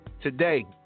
Today